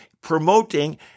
promoting